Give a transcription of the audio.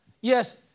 Yes